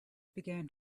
began